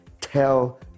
tell